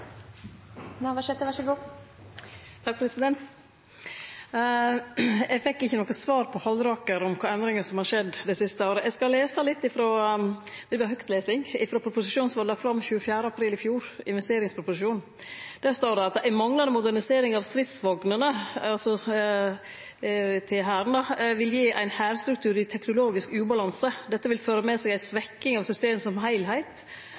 Eg fekk ikkje noko svar frå Halleraker om kva endringar som har skjedd det siste året. Eg skal lese høgt litt frå proposisjonen som vart lagd fram 24. april i fjor – investeringsproposisjonen. Der står det: «Ei manglande modernisering av stridsvognene vil gje ein hærstruktur i teknologisk ubalanse. Dette vil føre med seg ei svekking av systemet som heilheit,